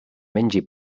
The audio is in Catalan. mengi